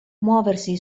muoversi